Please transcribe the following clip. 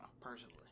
personally